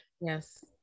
Yes